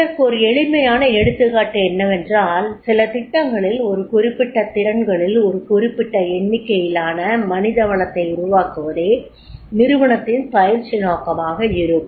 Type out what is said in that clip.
இதற்கு ஒரு எளிமையான எடுத்துக்காட்டு என்னவென்றால் சில திட்டங்களில் ஒரு குறிப்பிட்ட திறன்களில் ஒரு குறிப்பிட்ட எண்ணிக்கையிலான மனிதவளத்தை உருவாக்குவதே நிறுவனத்தின் பயிற்சி நோக்கமாக இருக்கும்